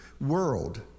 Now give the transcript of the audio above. world